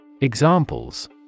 Examples